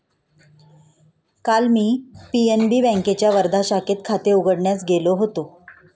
काल मी पी.एन.बी बँकेच्या वर्धा शाखेत खाते उघडण्यास गेलो होतो